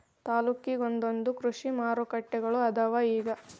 ತಾಲ್ಲೂಕಿಗೊಂದೊಂದ ಕೃಷಿ ಮಾರುಕಟ್ಟೆಗಳು ಅದಾವ ಇಗ